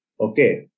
Okay